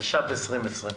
התש"ף-2020.